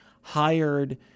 hired